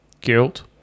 Guilt